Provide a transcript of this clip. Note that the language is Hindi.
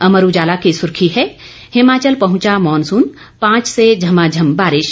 अमर उजाला की सुर्खी है हिमाचल पहुंचा मानसून पांच से झमाझम बारिश